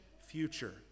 future